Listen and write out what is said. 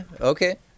okay